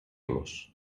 los